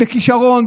בכישרון,